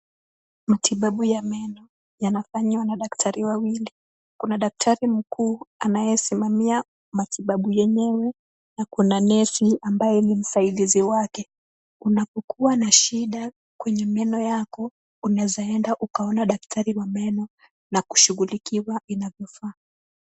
Matibabu ya meno yanafanyiwa na daktari wawili. Kuna daktari mkuu anayesimamia matibabu yenyewe na kuna nesi ambaye ni msaidizi wake. Unapokua na shida kwenye meno yako unaeza enda ukaona daktari wa meno na kushughulikiwa inavyofaa.